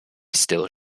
still